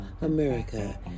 America